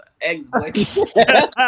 ex-boyfriend